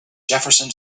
jefferson